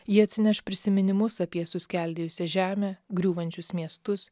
ji atsineš prisiminimus apie suskeldėjusią žemę griūvančius miestus